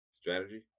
strategy